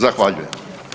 Zahvaljujem.